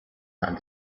and